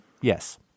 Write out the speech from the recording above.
Yes